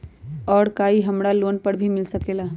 और का इ हमरा लोन पर भी मिल सकेला?